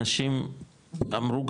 אנשים אמרו,